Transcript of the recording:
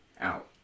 out